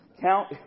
Count